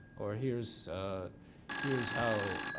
or here's here's how